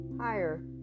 higher